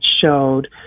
showed